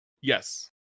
Yes